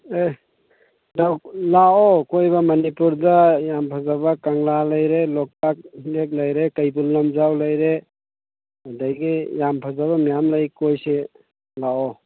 ꯑꯦ ꯏꯇꯥꯎ ꯂꯥꯛꯑꯣ ꯀꯣꯏꯕ ꯃꯅꯤꯄꯨꯔꯗ ꯌꯥꯝ ꯐꯖꯕ ꯀꯪꯂꯥ ꯂꯩꯔꯦ ꯂꯣꯛꯇꯥꯛ ꯂꯦꯛ ꯂꯩꯔꯦ ꯀꯩꯕꯨꯜꯂꯝꯖꯥꯎ ꯂꯩꯔꯦ ꯑꯗꯒꯤ ꯌꯥꯝ ꯐꯖꯕ ꯃꯌꯥꯝ ꯂꯩ ꯀꯣꯏꯁꯤ ꯂꯥꯛꯑꯣ